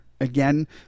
again